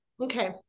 Okay